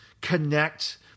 connect